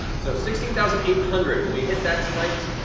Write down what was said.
so sixteen thousand eight hundred. when we hit that tonight,